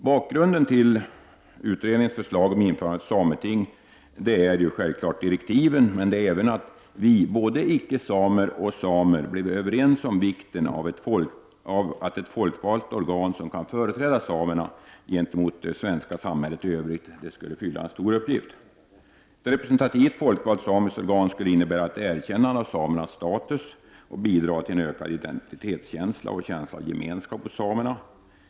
Bakgrunden till utredningens förslag om införande av ett sameting är självfallet direktiven, men också att vi — både icke-samer och samer — blev överens om vikten av ett folkvalt organ som kan företräda samerna gentemot det svenska samhället i övrigt. Det skulle fylla en stor uppgift. Ett representativt folkvalt samiskt organ skulle innebära ett erkännande av samernas status och bidra till en ökad identitetskänsla och en känsla av gemenskap hos samerna.